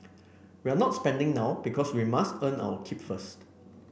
we're not spending now because we must earn our keep first